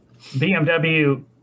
BMW